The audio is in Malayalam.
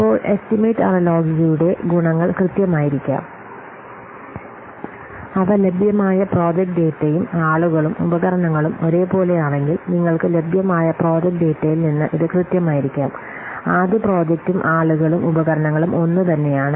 ഇപ്പോൾ എസ്റ്റിമേറ്റ് അനലോജിയുടെ ഗുണങ്ങൾ കൃത്യമായിരിക്കാം അവ ലഭ്യമായ പ്രോജക്റ്റ് ഡാറ്റയും ആളുകളും ഉപകരണങ്ങളും ഒരേപോലെയാണെങ്കിൽ നിങ്ങൾക്ക് ലഭ്യമായ പ്രോജക്റ്റ് ഡാറ്റയിൽ നിന്ന് ഇത് കൃത്യമായിരിക്കാം ആദ്യ പ്രോജക്റ്റും ആളുകളും ഉപകരണങ്ങളും ഒന്നുതന്നെയാണ്